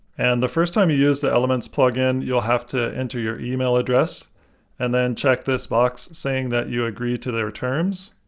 and the first time you use the elements plugin, you'll have to enter your email and then check this box saying that you agree to their terms.